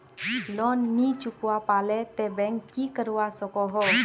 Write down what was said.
Loan नी चुकवा पालो ते बैंक की करवा सकोहो?